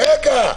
רגע.